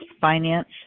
finance